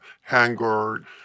hangar